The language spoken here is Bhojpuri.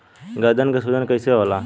गर्दन के सूजन कईसे होला?